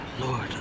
Lord